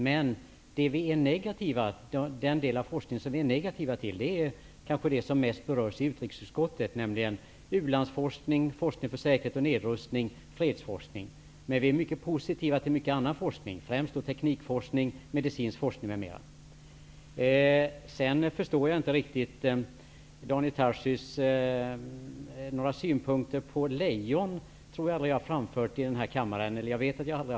Men den del av forskningen som vi är negativa till är den som mest berör utrikesutskottets område, nämligen u-landsforskningen, forskning för säkerhet och nedrustning och fredsforskning. Men vi är positiva till mycket annan forskning, främst teknikforskning och medicinsk forskning m.m. Sedan förstår jag inte riktigt Daniel Tarschys. Jag har aldrig framfört några synpunkter om lejon här i kammaren.